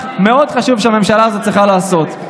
מאוד חשוב שהממשלה הזאת צריכה לעשות.